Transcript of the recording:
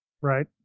Right